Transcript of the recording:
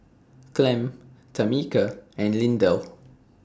Clem Tamica and Lindell